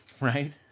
Right